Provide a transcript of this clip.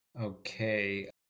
Okay